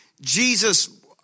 Jesus